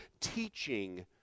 teaching